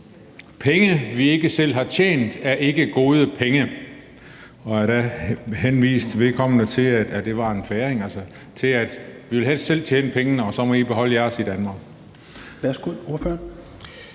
Penge, vi ikke selv har tjent, er ikke gode penge. Og der henviste vedkommende færing til: Vi vil helst selv tjene pengene, og så må I beholde jeres i Danmark.